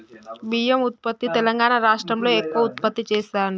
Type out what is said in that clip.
బియ్యం ఉత్పత్తి తెలంగాణా రాష్ట్రం లో ఎక్కువ ఉత్పత్తి చెస్తాండ్లు